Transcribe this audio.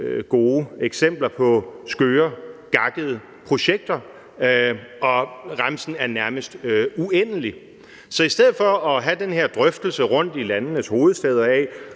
gode eksempler på skøre, gakkede projekter, og remsen er nærmest uendelig. Så i stedet for at have den her drøftelse rundtom i landenes hovedstæder af,